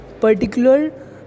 particular